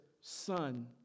Son